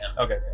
Okay